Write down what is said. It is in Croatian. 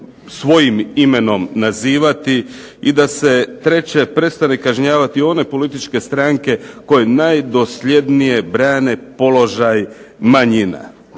svojim imenom nazivati i da se, treće, prestane kažnjavati one političke stranke koje najdosljednije brane položaj manjina.